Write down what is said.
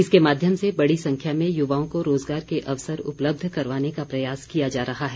इसके माध्यम से बड़ी संख्या में युवाओं को रोजगार के अवसर उपलब्ध करवाने का प्रयास किया जा रहा है